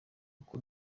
uku